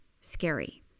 scary